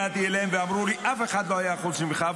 שאני הגעתי אליהם ואמרו לי: אף אחד לא היה חוץ ממך.